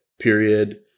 period